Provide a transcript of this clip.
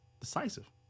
decisive